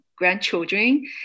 Grandchildren